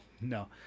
no